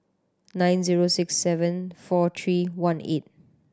nine zero six seven four three one eight